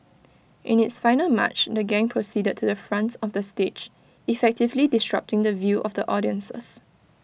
in its final March the gang proceeded to the front of the stage effectively disrupting the view of the audiences